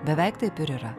beveik taip ir yra